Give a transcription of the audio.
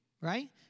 right